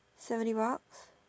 seventy baht